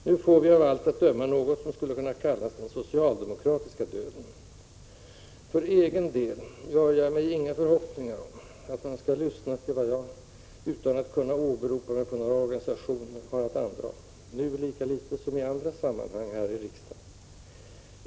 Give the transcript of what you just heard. Nu får vi av allt att döma något som skulle kunna kallas den socialdemokratiska döden. För egen del gör jag mig inga förhoppningar om att man skall lyssna till vad jag — utan att kunna åberopa mig på några organisationer — har att andra, nu lika litet som i andra sammanhang här i riksdagen.